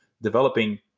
developing